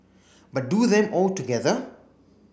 but do them all together